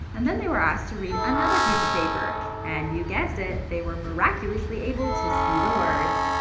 and then they were asked to read another piece of paper and, you guessed it, they were miraculously able to see the words!